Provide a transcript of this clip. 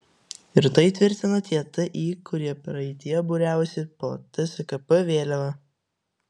ir tai tvirtina tie ti kurie praeityje būriavosi po tskp vėliava